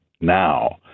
now